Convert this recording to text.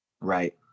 right